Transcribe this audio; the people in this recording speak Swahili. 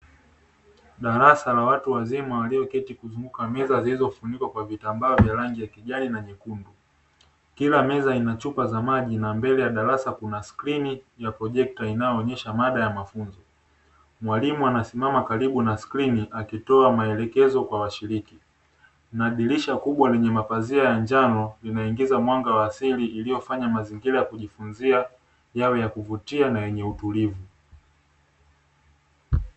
Darasa la watu wazima walioketi kuzunguka meza zilizofunikwa vitambaa vya rangi ya kijani na nyekundu. Kila meza ina chupa za maji na mbele ya darasa kuna skriini ya projekta inayoonyesha mada ya mafunzo. Mwalimu anasimama karibu na skrini akitoa maelekezo kwa washiriki na dirisha kubwa lenye mapazia ya njano linaingiza mwanga wa asili iliyofanya mazingira ya kujifunzia yaweyakuvutia na yenye utulivu.